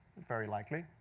very likely.